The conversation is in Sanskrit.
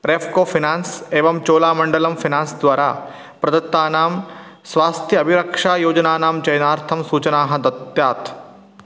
रेफ़्को फ़िनान्स् एवं चोलामण्डलम् फ़िनान्स् द्वारा प्रदत्तानां स्वास्थ्य अभिरक्षायोजनानां चयनार्थं सूचनाः दत्तात्